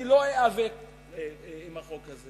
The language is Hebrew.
אני לא איאבק עם החוק הזה.